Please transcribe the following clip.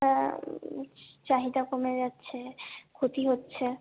হ্যাঁ চাহিদা কমে যাচ্ছে ক্ষতি হচ্ছে